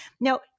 Now